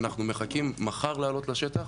אנחנו מחכים מחר לעלות לשטח,